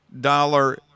dollar